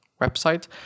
website